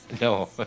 no